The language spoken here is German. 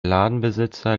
ladenbesitzer